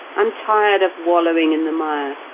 i'm tired of wallowing in the mire.